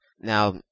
Now